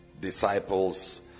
disciples